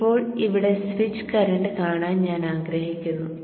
ഇപ്പോൾ ഇവിടെ switch current കാണാൻ ഞാൻ ആഗ്രഹിക്കുന്നു